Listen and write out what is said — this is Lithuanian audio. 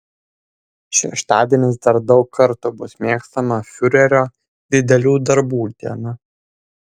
šeštadienis dar daug kartų bus mėgstama fiurerio didelių darbų diena